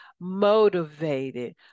motivated